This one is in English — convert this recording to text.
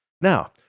Now